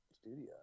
studio